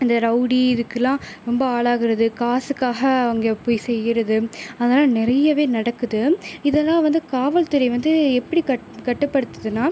இந்த ரௌடி இதுக்கெல்லாம் ரொம்ப ஆளாகிறது காசுக்காக அங்கே போய் செய்கிறது அதெல்லாம் நிறையவே நடக்குது இதெல்லாம் வந்து காவல்துறை வந்து எப்படி கட்டுப்படுத்ததுனா